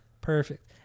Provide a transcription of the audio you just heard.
Perfect